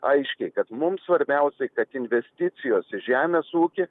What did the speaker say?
aiškiai kad mum svarbiausiai kad investicijos į žemės ūkį